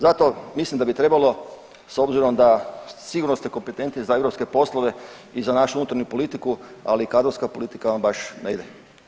Zato mislim da bi trebalo s obzirom da sigurno ste kompetentni za europske poslove i za našu unutarnju politiku, ali kadrovska politika vam baš ne ide.